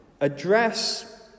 address